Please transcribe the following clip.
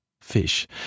fish